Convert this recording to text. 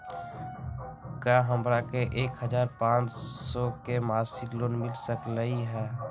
का हमरा के एक हजार पाँच सौ के मासिक लोन मिल सकलई ह?